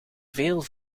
vele